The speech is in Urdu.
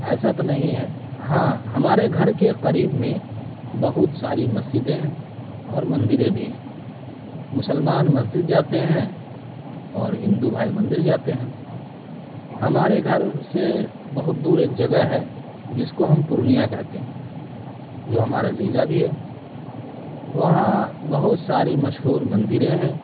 ایسا تو نہیں ہے ہاں ہمارے گھر کے قریب میں بہت ساری مسجدیں ہیں اور مندریں بھی ہیں مسلمان مسجد جاتے ہیں اور ہندو بھائی مندر جاتے ہیں ہمارے گھر سے بہت دور ایک جگہ ہے جس کو ہم پورنیہ کہتے ہیں جو ہمارا ضلع بھی ہے وہاں بہت ساری مشہور مندریں ہیں